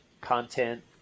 content